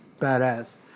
badass